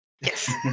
Yes